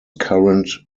current